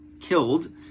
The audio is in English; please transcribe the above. killed